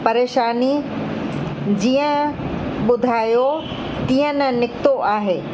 परेशानी जीअं ॿुधायो तीअं न निकितो आहे